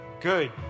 good